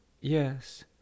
Yes